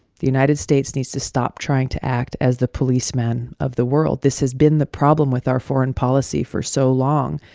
the united states needs to stop trying to act as the policeman of the world. this has been the problem with our foreign policy for so long,